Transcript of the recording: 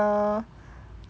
the